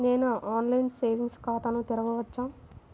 నేను ఆన్లైన్లో సేవింగ్స్ ఖాతాను తెరవవచ్చా?